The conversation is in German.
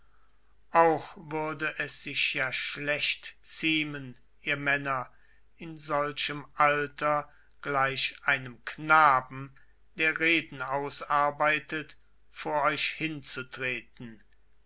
auch würde es sich ja schlecht ziemen ihr männer in solchem alter gleich einem knaben der reden ausarbeitet vor euch hinzutreten